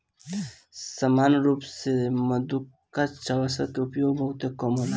सामान्य रूप से मृदुकवचनाशक के उपयोग बहुते कम होला